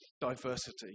diversity